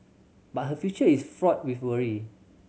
but her future is fraught with worry